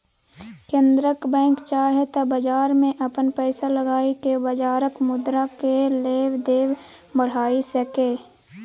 केंद्रक बैंक चाहे त बजार में अपन पैसा लगाई के बजारक मुद्रा केय लेब देब बढ़ाई सकेए